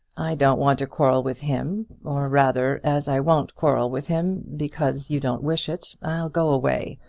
i don't want to quarrel with him or, rather, as i won't quarrel with him because you don't wish it, i'll go away.